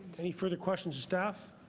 any further questions of staff.